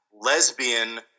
lesbian